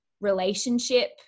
relationship